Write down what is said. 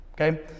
Okay